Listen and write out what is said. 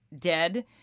dead